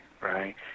right